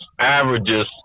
averages